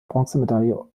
bronzemedaille